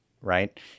right